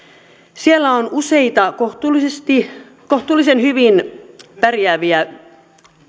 siellä on useita kohtuullisen hyvin pärjääviä